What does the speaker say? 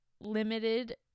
limited